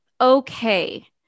okay